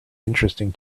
interesting